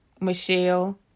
Michelle